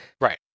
Right